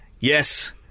Yes